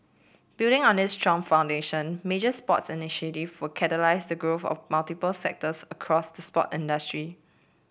building on this strong foundation major sports initiative will catalyse the growth of multiple sectors across the sport industry